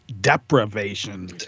deprivation